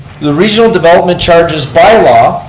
the regional development charges by-law